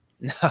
no